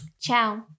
ciao